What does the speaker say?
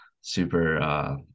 super